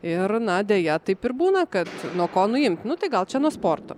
ir na deja taip ir būna kad nuo ko nuimt nu tai gal čia nuo sporto